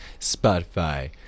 Spotify